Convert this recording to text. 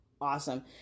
awesome